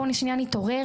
בואו נתעורר.